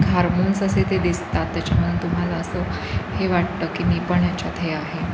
hormones असे ते दिसतात त्याच्यामधून तुम्हाला असं हे वाटतं की मी पण याच्यात हे आहे